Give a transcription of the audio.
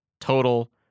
total